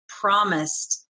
promised